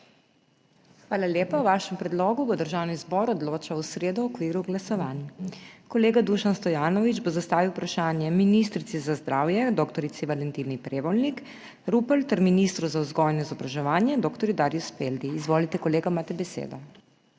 Hvala lepa. O vašem predlogu bo Državni zbor odločal v sredo v okviru glasovanj. Kolega Dušan Stojanovič bo zastavil vprašanje ministrici za zdravje dr. Valentini Prevolnik Rupel ter ministru za vzgojo in izobraževanje dr. Darju Feldi. Izvolite, kolega, imate besedo.